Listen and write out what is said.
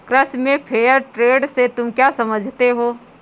कृषि में fair trade से तुम क्या समझते हो?